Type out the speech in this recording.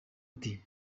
ati